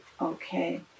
Okay